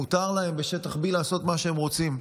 מותר להם בשטח B לעשות מה שהם רוצים,